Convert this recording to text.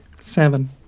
Seven